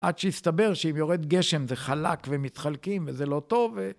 עד שהסתבר שאם יורד גשם זה חלק ומתחלקים וזה לא טוב.